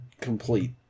complete